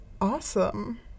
awesome